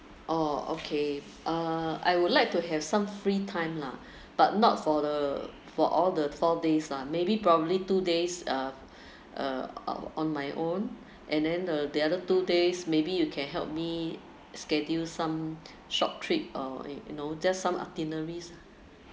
orh okay uh I would like to have some free time lah but not for the for all the four days lah maybe probably two days uh uh on my own and then uh the other two days maybe you can help me schedule some short trip or you know just some itineraries